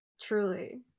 truly